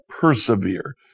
persevere